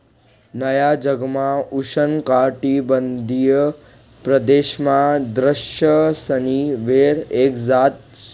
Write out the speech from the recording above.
नया जगमा उष्णकाटिबंधीय प्रदेशमा द्राक्षसनी वेल एक जात शे